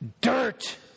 dirt